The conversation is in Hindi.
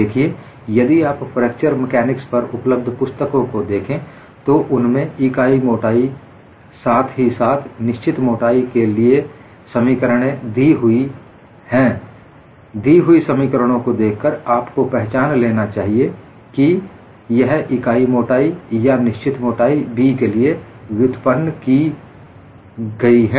देखिए यदि आप फ्रैक्चर मेकानिक्स पर उपलब्ध पुस्तकों को देखें तो उनमें इकाई मोटाई साथ ही साथ निश्चित मोटाई के लिए के लिए समीकरणे दी हुई है दी हुई समीकरणों को देखकर आपको पहचान लेना चाहिए कि यह इकाई मोटाई या निश्चित मोटाई B के लिए व्युत्पन्न की गई हैं